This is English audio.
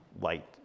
light